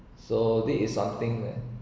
so this is something that